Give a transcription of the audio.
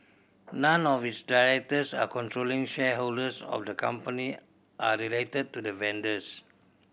none of its directors or controlling shareholders of the company are related to the vendors